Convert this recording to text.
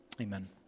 Amen